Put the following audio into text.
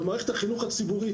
במערכת החינוך הציבור,